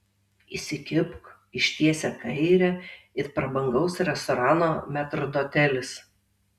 įsikibk ištiesia kairę it prabangaus restorano metrdotelis